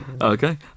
Okay